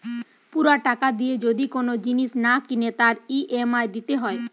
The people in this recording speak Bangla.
পুরা টাকা দিয়ে যদি কোন জিনিস না কিনে তার ই.এম.আই দিতে হয়